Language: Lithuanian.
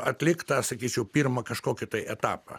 atlikt tą sakyčiau pirmą kažkokį tai etapą